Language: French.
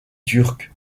turc